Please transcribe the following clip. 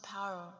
power